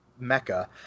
Mecca